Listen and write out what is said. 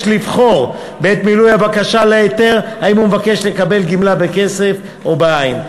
לבחור בעת מילוי הבקשה להיתר אם הוא מבקש גמלה בכסף או בעין.